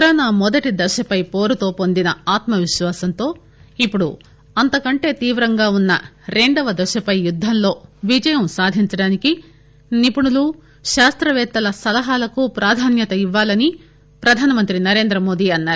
corona మొదటి దశపై పోరుతో పొందిన ఆత్మవిశ్వాసం తో ఇప్పుడు అంతకంటె తీవ్రంగా ఉన్న రెండవ దశపై యుద్దంలో విజయం సాధించడానికి నిపుణులు శాస్తవేత్తల సలహాలకు ప్రాధాన్యత ఇవ్వాలని ప్రధానమంత్రి నరేంద్రమోదీ అన్నారు